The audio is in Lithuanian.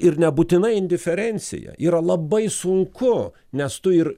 ir nebūtinai indiferencija yra labai sunku nes tu ir